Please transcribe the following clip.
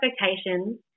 expectations